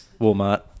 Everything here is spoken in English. walmart